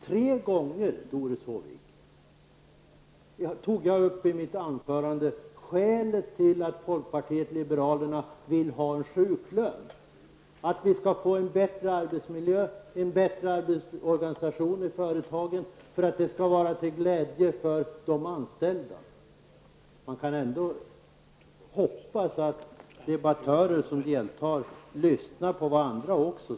Tre gånger, Doris Håvik, tog jag i mitt anförande upp skälen till att folkpartiet liberalerna vill ha en sjuklön. Vi skall få en bättre arbetsmiljö, vi skall få en bättre arbetsorganisation i företagen, och det skall vara till glädje för de anställda. Man kan ändå hoppas att debattörer som deltar i debatten också lyssnar på vad andra säger.